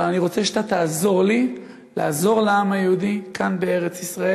אבל אני רוצה שאתה תעזור לי לעזור לעם היהודי כאן בארץ-ישראל,